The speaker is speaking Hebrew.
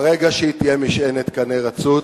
ברגע שהיא תהיה משענת קנה רצוץ,